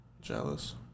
Jealous